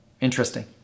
Interesting